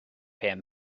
him